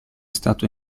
stato